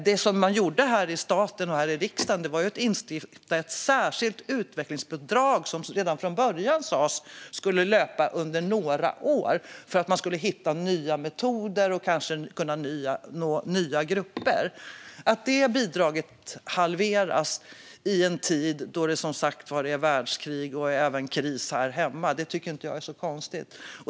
Det man gjorde från statens och riksdagens sida var att instifta ett särskilt utvecklingsbidrag som, enligt vad som sades redan från början, skulle löpa under några år för att kulturskolan skulle kunna hitta nya metoder och kanske nå nya grupper. Att det bidraget halveras i en tid då det som sagt var är krig i världen och även kris här hemma tycker inte jag är så konstigt.